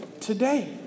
today